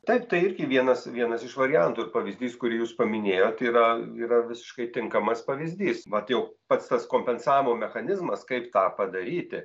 taip tai irgi vienas vienas iš variantų ir pavyzdys kurį jūs paminėjot yra yra visiškai tinkamas pavyzdys vat jau pats tas kompensavimo mechanizmas kaip tą padaryti